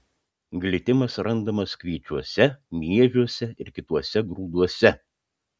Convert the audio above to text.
glitimas randamas kviečiuose miežiuose ir kituose grūduose